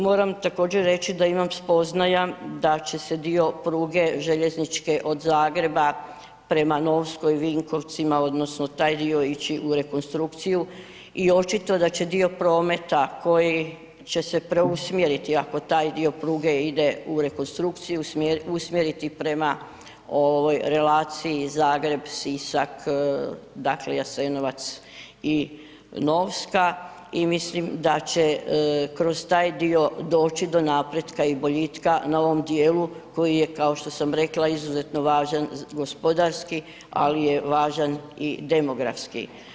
Moram također reći da imam spoznaja da će se dio pruge željezničke od Zagreba prema Novskoj, Vinkovcima odnosno taj dio ići u rekonstrukciju i očito da će dio prometa koji će se preusmjeriti ako taj dio pruge ide u rekonstrukciju, usmjeriti prema ovoj relaciji Zagreb-Sisak, dakle Jasenovac i Novska i mislim da će kroz taj dio doći do napretka i boljitka na ovom dijelu koji je kao što sam rekla, izuzetno važan gospodarski, ali je važan i demografski.